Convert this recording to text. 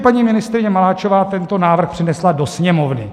Paní ministryně Maláčová tento návrh přinesla do Sněmovny.